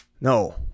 No